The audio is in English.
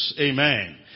Amen